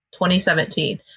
2017